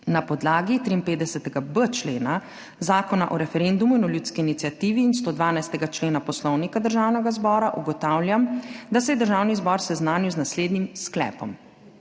Na podlagi 53.b člena Zakona o referendumu in ljudski iniciativi in 112. člena Poslovnika Državnega zbora ugotavljam, da se je Državni zbor seznanil z naslednjim sklepom: